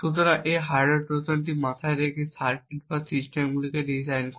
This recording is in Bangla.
সুতরাং এই হার্ডওয়্যার ট্রোজানগুলিকে মাথায় রেখে সার্কিট বা সিস্টেমগুলি ডিজাইন করা